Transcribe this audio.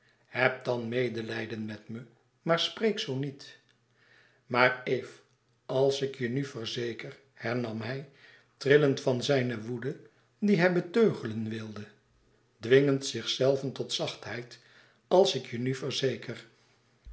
heb dan medelijden met me maar spreek zoo niet maar eve als ik je nu verzeker hernam hij trillend van zijne woede die hij beteugelen wilde dwingend zichzelven tot zachtheid als ik je nu verzeker